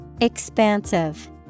Expansive